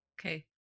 Okay